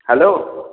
hello